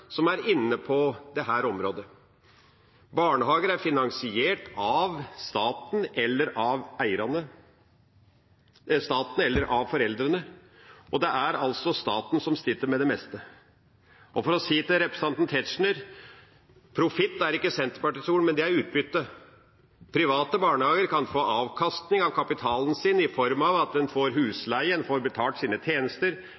som er inne på dette området. Barnehager er finansiert av staten eller av foreldrene, og det er staten som sitter med det meste. Og for å si til representanten Tetzschner: «Profitt» er ikke Senterpartiets ord, det er «utbytte». Private barnehager kan få avkastning av kapitalen sin i form av at en får